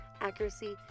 accuracy